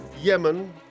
Yemen